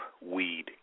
Weed